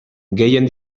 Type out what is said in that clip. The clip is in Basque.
gehien